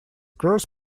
cross